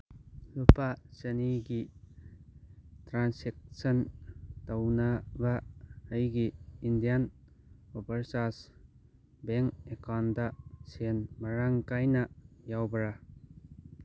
ꯂꯨꯄꯥ ꯆꯅꯤꯒꯤ ꯇ꯭ꯔꯥꯟꯁꯦꯛꯁꯟ ꯇꯧꯅꯕ ꯑꯩꯒꯤ ꯏꯟꯗꯤꯌꯥꯟ ꯑꯣꯚꯔꯆꯥꯔꯖ ꯕꯦꯡ ꯑꯦꯀꯥꯎꯟꯗ ꯁꯦꯟ ꯃꯔꯥꯡ ꯀꯥꯏꯅ ꯌꯥꯎꯕ꯭ꯔ